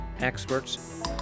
experts